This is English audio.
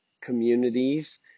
communities